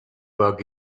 bug